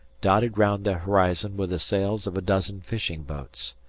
dotted round the horizon with the sails of a dozen fishing-boats.